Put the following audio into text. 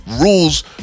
rules